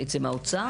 האוצר?